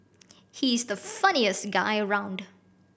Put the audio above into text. he's the funniest guy around